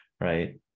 right